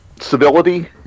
civility